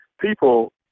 People